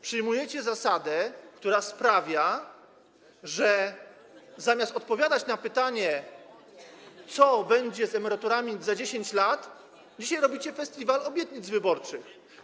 Przyjmujecie zasadę, która sprawia, że zamiast odpowiadać na pytanie, co będzie z emeryturami za 10 lat, dzisiaj robicie festiwal obietnic wyborczych.